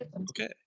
Okay